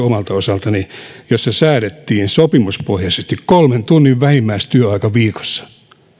omalta osaltani yksi tuloratkaisu jossa säädettiin sopimuspohjaisesti kolmen tunnin vähimmäistyöaika viikossa eli